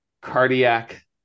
cardiac